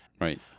right